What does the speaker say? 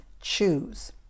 choose